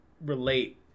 relate